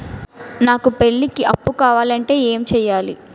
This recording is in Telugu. నాకు పెళ్లికి అప్పు కావాలంటే ఏం చేయాలి?